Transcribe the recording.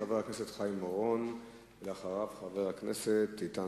חבר הכנסת חיים אורון, ואחריו, חבר הכנסת איתן